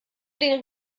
den